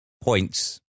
points